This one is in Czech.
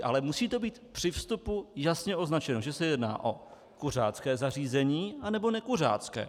Ale musí to být při vstupu jasně označeno, že se jedná o kuřácké zařízení nebo o nekuřácké.